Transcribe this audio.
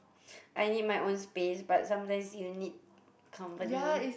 I need my own space but sometimes you need company